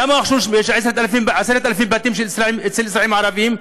למה הוכשרו 10,000 בתים של אזרחים ערבים?